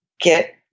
Get